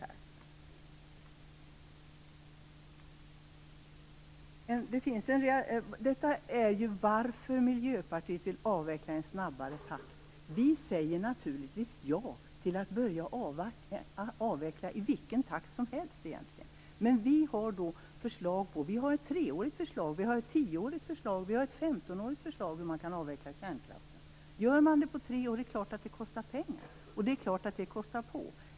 Detta är orsaker till att Miljöpartiet vill avveckla i snabbare takt. Vi säger naturligtvis ja till att börja avveckla i vilken takt som helst. Vi har förslag om en treårig, en tioårig och en femtonårig avveckling av kärnkraften. Om det görs på tre år kostar det självfallet pengar, och det kostar på.